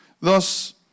Thus